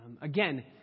Again